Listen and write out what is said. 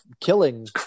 killing